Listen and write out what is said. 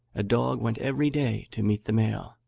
a dog went every day to meet the mail,